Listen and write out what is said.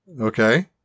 Okay